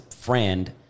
friend